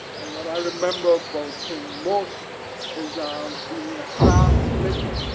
and what i remember about him most is um being in a class with him,